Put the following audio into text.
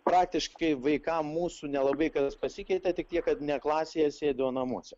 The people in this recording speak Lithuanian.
praktiškai vaikam mūsų nelabai kas pasikeitė tik tiek kad ne klasėje sėdi o namuose